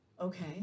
Okay